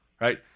right